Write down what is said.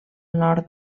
nord